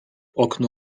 okno